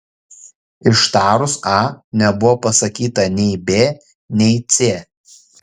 ištarus a nebuvo pasakyta nei b nei c